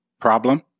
problem